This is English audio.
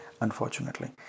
unfortunately